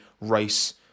Race